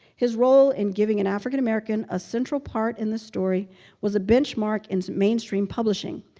his role in giving an african-american a central part in the story was a benchmark in mainstream publishing.